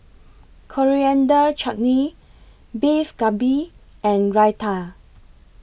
Coriander Chutney Beef Galbi and Raita